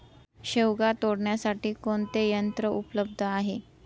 शेवगा तोडण्यासाठी कोणते यंत्र उपलब्ध आहे?